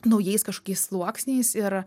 naujais kažkokiais sluoksniais ir